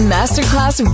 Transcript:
Masterclass